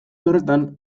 horretan